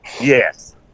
Yes